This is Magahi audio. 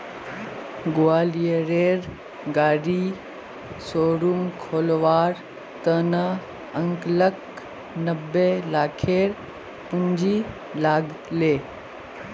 ग्वालियरेर गाड़ी शोरूम खोलवार त न अंकलक नब्बे लाखेर पूंजी लाग ले